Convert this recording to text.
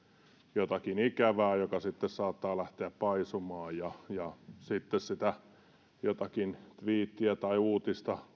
jotakin ikävää joka sitten saattaa lähteä paisumaan ja ja sitten sitä jotakin tviittiä tai uutista